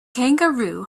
kangaroo